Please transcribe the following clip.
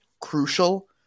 crucial